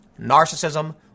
narcissism